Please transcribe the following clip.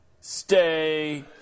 stay